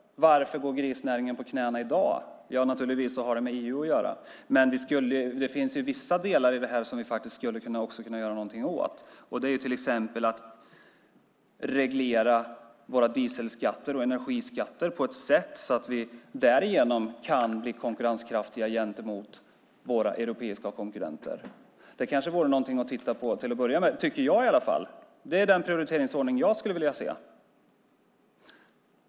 Varför går grisnäringen på knäna redan i dag? Naturligtvis har det med EU att göra, men det finns vissa delar i det här som vi faktiskt skulle kunna göra någonting åt. Vi skulle till exempel kunna reglera våra dieselskatter och energiskatter på ett sätt så att vi därigenom kan bli konkurrenskraftiga gentemot våra europeiska konkurrenter. Det kanske vore något att titta på till att börja med. Det tycker i alla fall jag. Det är den prioriteringsordning jag skulle vilja se.